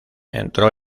entró